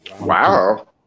Wow